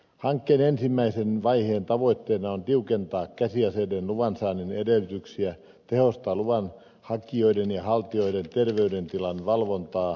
hankkeen ensimmäisen vaiheen tavoitteena on tiukentaa käsiaseiden luvansaannin edellytyksiä ja tehostaa luvanhakijoiden ja haltijoiden terveydentilan valvontaa